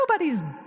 Nobody's